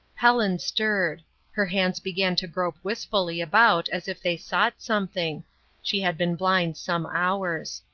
helen stirred her hands began to grope wistfully about as if they sought something she had been blind some hours.